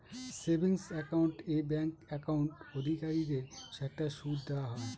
savings account এ bank account অধিকারীদের একটা সুদ দেওয়া হয়